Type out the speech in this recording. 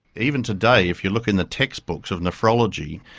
even today if you look in the textbooks of nephrology,